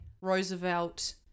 roosevelt